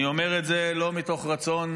אני אומר את זה לא מתוך רצון